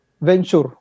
venture